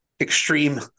extreme